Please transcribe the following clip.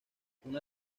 una